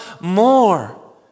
more